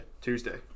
tuesday